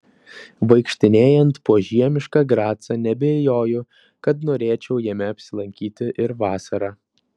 vaikštinėjant po žiemišką gracą neabejoju kad norėčiau jame apsilankyti ir vasarą